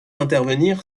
intervenir